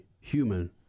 human